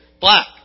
black